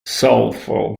soulful